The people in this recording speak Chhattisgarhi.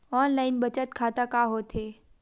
ऑनलाइन बचत खाता का होथे?